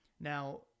Now